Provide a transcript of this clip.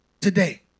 today